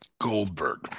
Goldberg